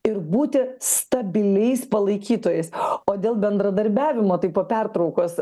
ir būti stabiliais palaikytojais o dėl bendradarbiavimo tai po pertraukos